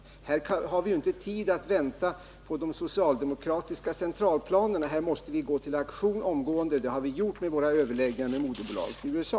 Men här har vi inte tid att vänta på de socialdemokratiska centralplanerna, utan vi måste gå till aktion omgående. Det har vi också gjort genom våra överläggningar med moderbolaget i USA.